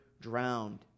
drowned